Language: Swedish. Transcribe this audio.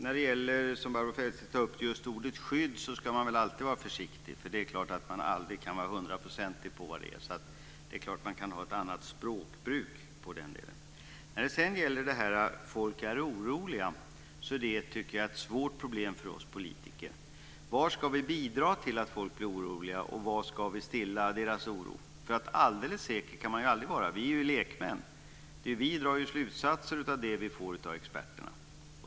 Fru talman! Barbro Feltzing tar upp just ordet skydd. Med det ska man väl alltid vara försiktig. Man kan aldrig vara hundraprocentigt säker på vad det är. Det är klart att man kan ha ett annat språkbruk i den delen. När det sedan gäller att människor är oroliga tycker jag att det är ett svårt problem för oss politiker. Var ska vi bidra till att folk blir oroliga och var ska vi stilla deras oro? Alldeles säker kan man aldrig vara. Vi är ju lekmän. Vi drar slutsatser av de uppgifter vi får av experterna.